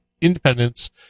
independence